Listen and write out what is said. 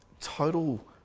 total